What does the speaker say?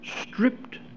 stripped